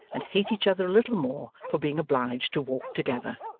and hate each other a little more for being obliged to walk together.